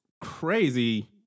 crazy